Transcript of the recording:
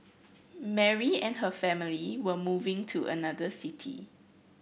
Mary and her family were moving to another city